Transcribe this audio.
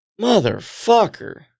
Motherfucker